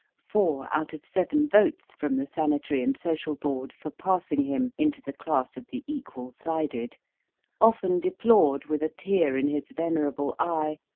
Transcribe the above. four out of seven votes from the sanitary and social board for passing him into the class of the equal-sided often deplored with a tear in his venerable eye,